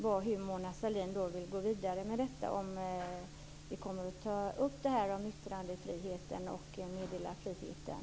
Hur vill Mona Sahlin gå vidare med detta? Kommer man att ta upp frågan om yttrandefriheten och meddelarfriheten?